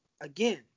again